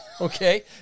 okay